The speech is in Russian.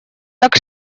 так